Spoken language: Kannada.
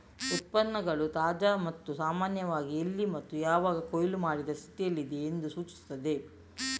ಉತ್ಪನ್ನಗಳು ತಾಜಾ ಮತ್ತು ಸಾಮಾನ್ಯವಾಗಿ ಎಲ್ಲಿ ಮತ್ತು ಯಾವಾಗ ಕೊಯ್ಲು ಮಾಡಿದ ಸ್ಥಿತಿಯಲ್ಲಿದೆ ಎಂದು ಸೂಚಿಸುತ್ತದೆ